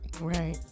Right